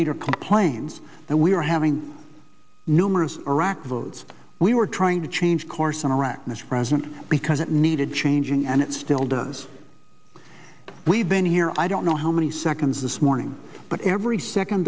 leader complains that we are having numerous arac votes we were trying to change course in iraq mr president because it needed changing and it still does we've been here i don't know how many seconds this morning but every second